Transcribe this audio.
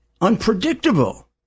unpredictable